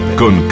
con